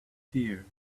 tears